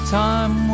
time